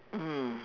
mm